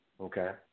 Okay